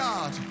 God